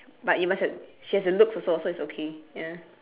but you must have she has the looks also so it's okay ya